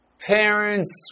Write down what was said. Parents